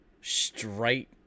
straight